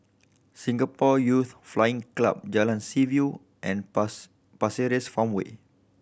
Singapore Youth Flying Club Jalan Seaview and pass Pasir Ris Farmway